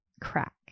crack